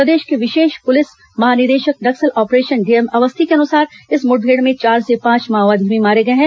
प्रदेश के विशेष पुलिस महानिदेशक नक्सल ऑपरेशन डीएम अवस्थी के अनुसार इस मुठभेड़ में चार से पांच माओवादी भी मारे गए हैं